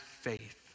faith